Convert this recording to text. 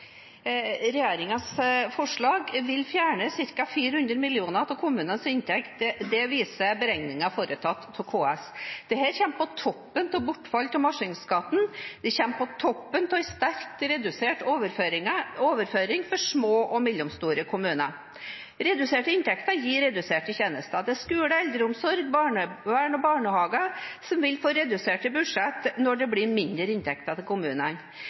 forslag vil fjerne ca. 400 mill. kr av kommunenes inntekter, viser beregninger foretatt av KS. Dette kommer på toppen av bortfall av maskinskatten, det kommer på toppen av sterkt reduserte overføringer til små og mellomstore kommuner. Reduserte inntekter gir reduserte tjenester. Skole, eldreomsorg, barnevern og barnehager vil få reduserte budsjett når det blir mindre inntekter til kommunene.